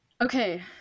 Okay